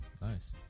Nice